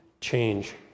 change